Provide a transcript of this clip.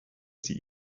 sie